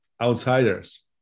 outsiders